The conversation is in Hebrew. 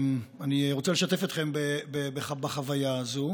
אני רוצה לשתף אתכם בחוויה הזו.